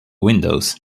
windows